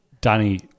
Danny